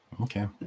Okay